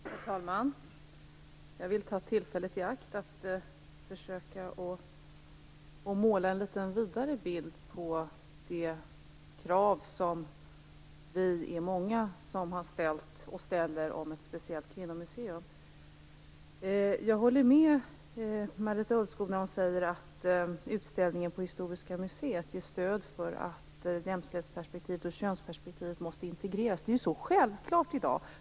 Herr talman! Jag vill ta tillfället i akt att försöka måla en litet vidare bild utifrån det krav som vi i är många som har ställt, och ställer, om ett speciellt kvinnomuseum. Jag håller med Marita Ulvskog när hon säger att utställningen på Historiska museet ger stöd för att jämställdhetsperspektiv och könsperspektiv måste integreras. Det är ju så självklart i dag.